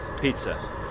pizza